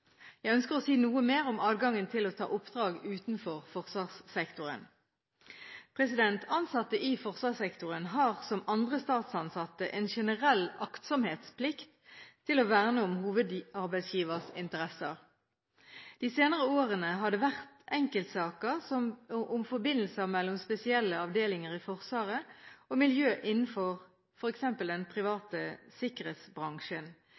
Jeg ønsker å si noe mer om adgangen til å ta oppdrag utenfor forsvarssektoren. Ansatte i forsvarssektoren har som andre statsansatte en generell aktsomhetsplikt til å verne om hovedarbeidsgivers interesser. De senere årene har det vært enkeltsaker om forbindelser mellom spesielle avdelinger i Forsvaret og miljø innenfor f.eks. den